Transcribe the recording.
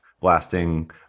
blasting